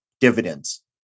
dividends